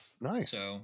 Nice